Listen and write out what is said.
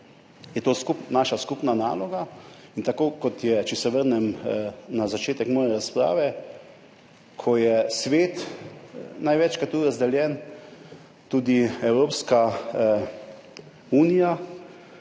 je to naša skupna naloga in tako, če se vrnem na začetek moje razprave, kot je svet največkrat tu razdeljen, tudi Evropska unija